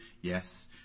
Yes